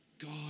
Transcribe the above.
God